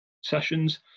sessions